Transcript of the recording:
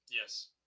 Yes